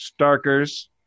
Starkers